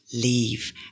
leave